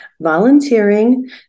volunteering